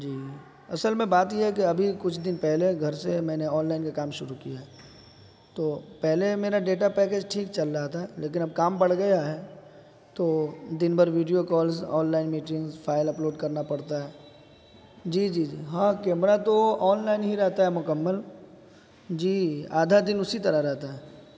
جی اصل میں بات یہ ہے کہ ابھی کچھ دن پہلے گھر سے میں نے آنلائن کا کام شروع کیا تو پہلے میرا ڈاٹا پیکیج ٹھیک چل رہا تھا لیکن اب کام بڑھ گیا ہے تو دن بھر video calls online meetings file upload کرنا پڑتا ہے جی جی جی ہاں کیمرہ تو آنلائن ہی رہتا ہے مکمل جی آدھا دن اسی طرح رہتا ہے